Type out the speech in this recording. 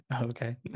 Okay